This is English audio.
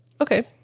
Okay